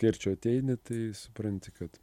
kai arčiau ateini tai supranti kad